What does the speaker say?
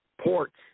ports